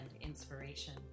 inspiration